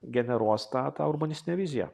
generuos tą tą urbanistinę viziją